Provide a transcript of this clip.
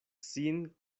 sin